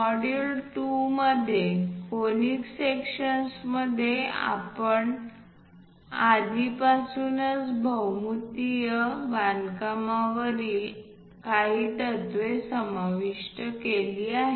module 2 मध्ये conic सेक्शन्समध्ये आपण आधीपासूनच भौमितीय बांधकामांवरील काही तत्त्वे समाविष्ट केली आहेत